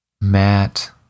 Matt